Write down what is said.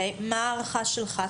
מה ההערכה שלך?